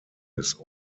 des